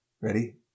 Ready